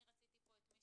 אני רציתי פה את מי